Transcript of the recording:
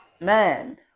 man